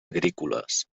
agrícoles